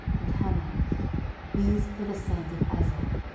and hanan these were the sons of azel.